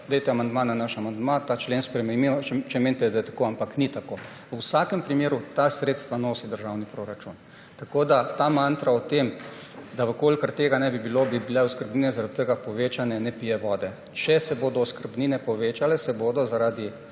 Dajte amandma na naš amandma, ta člen spremenite, če menite, da je tako. Ampak ni tako. V vsakem primeru ta sredstva nosi državni proračun. Tako da mantra o tem, da če tega ne bi bilo, bi bile oskrbnine povečane, ne pije vode. Če se bodo oskrbnine povečale, se bodo zaradi